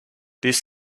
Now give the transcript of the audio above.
this